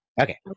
Okay